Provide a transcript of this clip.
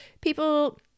people